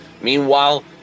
Meanwhile